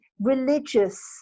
religious